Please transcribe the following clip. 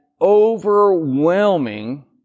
overwhelming